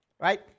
Right